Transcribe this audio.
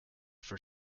for